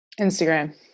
Instagram